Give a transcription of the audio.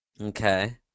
okay